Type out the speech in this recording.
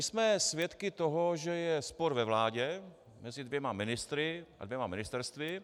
Jsme svědky toho, že je spor ve vládě mezi dvěma ministry a dvěma ministerstvy.